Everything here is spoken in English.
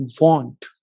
want